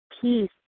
Peace